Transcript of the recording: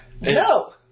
No